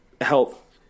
help